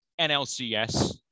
NLCS